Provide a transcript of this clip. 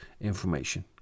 information